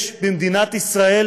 יש במדינת ישראל